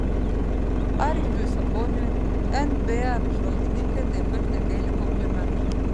arvydui saboniui nba apžvalgininkai taip pat negaili komplimentų